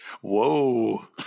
whoa